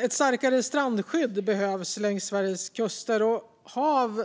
Ett starkare strandskydd behövs längs Sveriges kuster. HaV